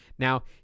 now